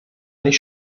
nicht